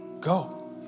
Go